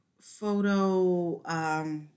photo